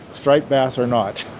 striped bass are not